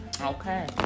Okay